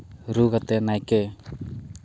ᱨᱩ ᱠᱟᱛᱮᱫ ᱱᱟᱭᱠᱮ